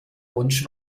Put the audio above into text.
wunsch